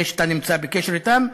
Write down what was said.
אלה שאתה נמצא בקשר אתם,